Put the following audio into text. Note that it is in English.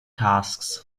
tasks